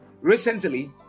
recently